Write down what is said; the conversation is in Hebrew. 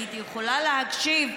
הייתי יכולה להקשיב,